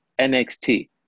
NXT